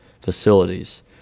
facilities